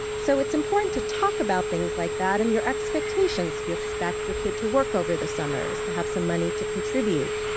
so it's important to talk about things like that and your expectations. do you expect your kid to work over the summers, to have some money to contribute?